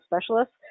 specialists